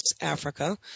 Africa